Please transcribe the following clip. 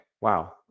wow